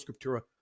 Scriptura